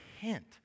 hint